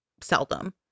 seldom